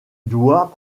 doit